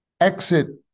exit